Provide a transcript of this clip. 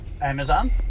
Amazon